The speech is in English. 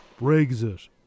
Brexit